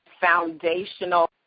foundational